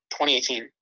2018